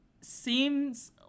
seems